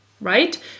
right